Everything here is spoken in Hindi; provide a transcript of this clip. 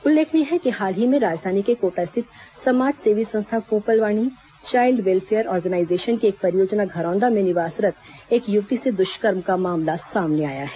उल्लेखनीय है कि हाल ही में राजधानी के कोटा स्थित समाज सेवी संस्था कोंपलवाणी चाईल्ड वेलफेयर आर्गेनाईजेशन की एक परियोजना घरौंदा में निवासरत एक युवती से दुष्कर्म का मामला सामने आया है